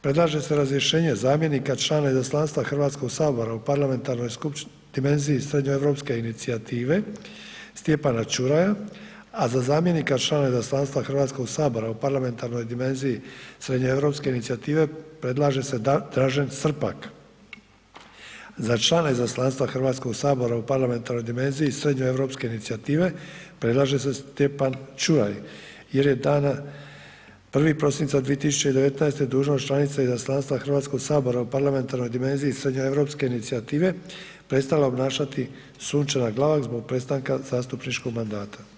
Predlaže se razrješenje zamjenika člana Izaslanstva HS-a u parlamentarnoj dimenziji srednjoeuropske inicijative Stjepana Čuraja, a za zamjenika člana Izaslanstva HS-a u parlamentarnoj dimenziji srednjoeuropske inicijative predlaže se Dražen Srpak, za člana Izaslanstva HS-a u parlamentarnoj dimenziji srednjoeuropske inicijative predlaže se Stjepan Čuraj jer je dana 1. prosinca 2019. dužnost članice Izaslanstva HS-a u parlamentarnoj dimenziji srednjoeuropske inicijative prestala obnašati Sunčana Glavak zbog prestanka zastupničkog mandata.